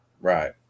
Right